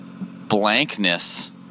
blankness